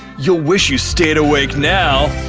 you'll wish you stayed awake now!